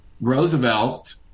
Roosevelt